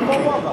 איפה כבוד השר?